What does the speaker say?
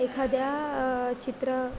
एखाद्या चित्र